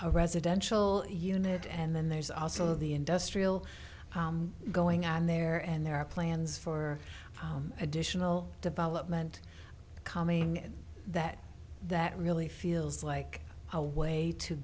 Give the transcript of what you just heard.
a residential unit and then there's also the industrial going on there and there are plans for additional development coming in that that really feels like a way to